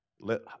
Let